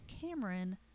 Cameron